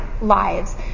lives